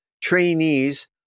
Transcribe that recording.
trainees